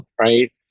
right